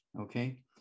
Okay